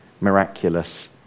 miraculous